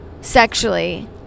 sexually